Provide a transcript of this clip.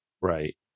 Right